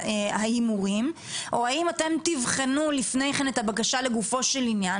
ההימורים או האם אתם תבחנו לפני כן את הבקשה לגופו של עניין